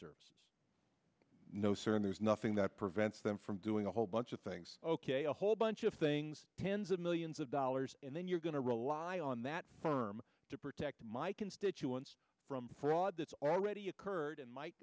service no sir and there's nothing that prevents them from doing a whole bunch of things ok a whole bunch of things pens of millions of dollars and then you're going to rely on that firm to protect my constituents from fraud that's already occurred and might